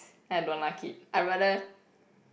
I don't like it I rather